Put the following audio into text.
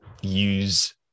use